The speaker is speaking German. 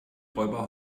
räuber